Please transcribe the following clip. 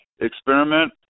experiment